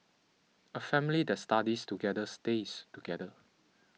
a family that studies together stays together